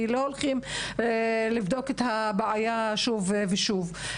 כי לא הולכים לבדוק את הבעיה שוב ושוב.